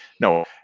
No